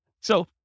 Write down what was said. So-